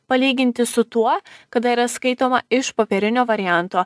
palyginti su tuo kada yra skaitoma iš popierinio varianto